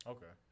Okay